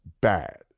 bad